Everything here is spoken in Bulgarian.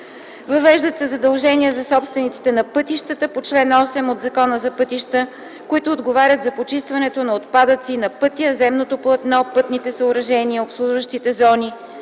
Въвеждат се задължения за собствениците на пътищата по чл. 8 от Закона за пътищата, които отговарят за почистването на отпадъци на пътя, земното платно, пътните съоръжения, обслужващите зони,